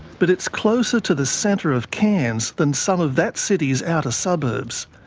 but it's closer to the centre of cairns than some of that city's outer suburbs.